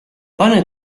pane